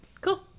cool